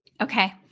Okay